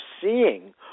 seeing